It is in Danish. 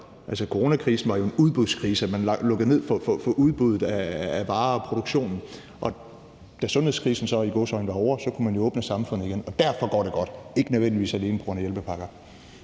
coronakrisen var jo en udbudskrise – man lukkede ned for udbuddet af varer og for produktionen, og da sundhedskrisen så – i gåseøjne – var ovre, kunne man åbne samfundet igen, og derfor går det godt – ikke nødvendigvis alene på grund af hjælpepakker.